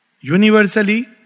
universally